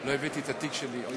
לא הבאתי את התיק שלי.